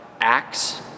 acts